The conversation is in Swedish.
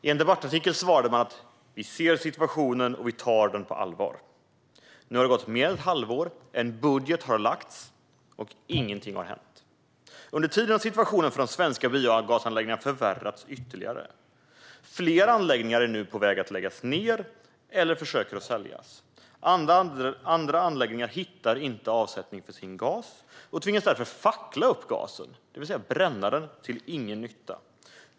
I en debattartikel svarade man att man ser situationen och tar den på allvar. Nu har det gått mer än ett halvår. En budget har lagts fram. Men ingenting har hänt. Under tiden har situationen för de svenska biogasanläggningarna förvärrats ytterligare. Fler anläggningar är nu på väg att läggas ned eller försöks säljas. Andra anläggningar hittar inte avsättning för sin gas och tvingas därför fackla gasen, det vill säga bränna den till ingen nytta.